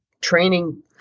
training